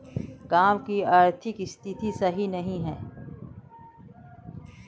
गाँव की आर्थिक स्थिति सही नहीं है?